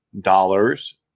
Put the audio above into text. dollars